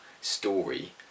story